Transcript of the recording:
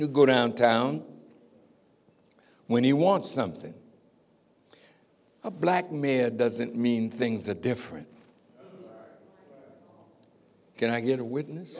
you go downtown when you want something a black mayor doesn't mean things are different can i get a witness